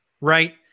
right